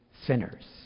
sinners